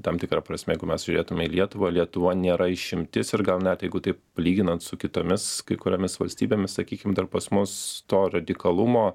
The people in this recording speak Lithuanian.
tam tikra prasme jeigu mes žiūrėtume į lietuvą lietuva nėra išimtis ir gal net jeigu taip lyginant su kitomis kai kuriomis valstybėmis sakykim dar pas mus to radikalumo